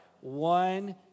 one